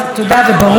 תודה, וברור.